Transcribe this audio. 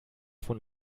von